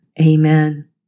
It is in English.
Amen